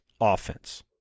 offense